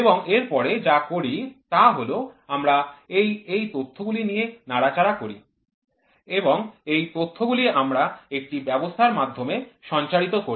এবং এরপরে যা করি তা হল আমরা এই তথ্যগুলি নিয়ে নাড়াচাড়া করি এবং এই তথ্যগুলি আমরা একটি ব্যবস্থার মাধ্যমে সঞ্চারিত করি